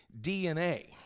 DNA